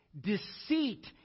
deceit